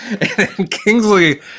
Kingsley